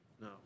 No